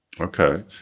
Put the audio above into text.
Okay